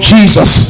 Jesus